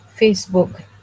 facebook